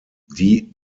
die